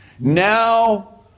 Now